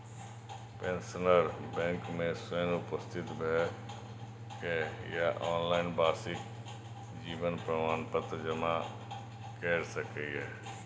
pensioner bank मे स्वयं उपस्थित भए के या ऑनलाइन वार्षिक जीवन प्रमाण पत्र जमा कैर सकैए